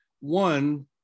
One